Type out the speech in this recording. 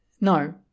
No